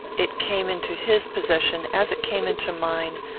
it came into his possession, as it came into mine,